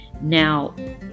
Now